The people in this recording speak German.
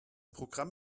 programm